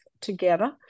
together